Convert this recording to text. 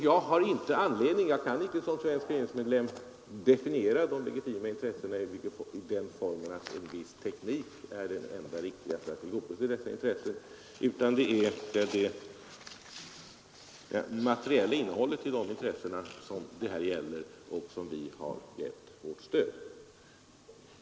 Jag kan inte som svensk regeringsmedlem definiera de legitima intressena och säga att en viss teknik är det enda riktiga för att tillgodose dem, utan det är det materiella innehållet i dessa intressen som det här gäller och som vi har gett vårt stöd.